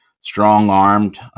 strong-armed